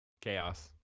chaos